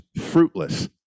fruitless